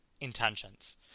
intentions